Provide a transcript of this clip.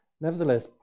nevertheless